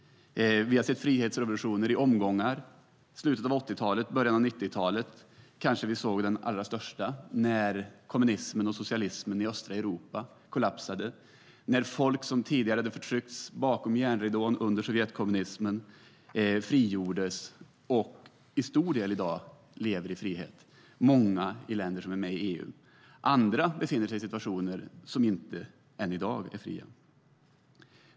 Vi har sett frihetsrevolutioner i omgångar. I slutet av 80-talet och början av 90-talet såg vi kanske den största omgången när kommunismen och socialismen i östra Europa kollapsade, när folk som tidigare hade förtryckts bakom järnridån under sovjetkommunismen fick sin frihet och i dag till stor del lever i frihet - många i länder som är medlemmar i EU. Andra är än i dag inte fria.